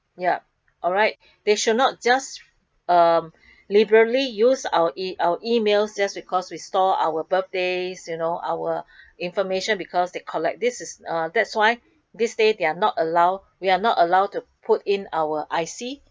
ya alright they should not just um liberally use our E our emails just because we store our birthdays you know our information because they collect this is uh that's why these day they are not allow we are not allow to put in our I_C